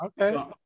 Okay